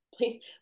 please